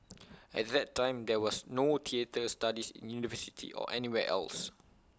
at that time there was no theatre studies in university or anywhere else